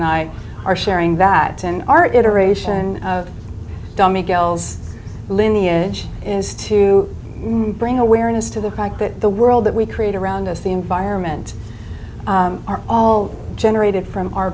and i are sharing that in our iteration of dummy goals lineage is to bring awareness to the fact that the world that we create around us the environment are all generated from our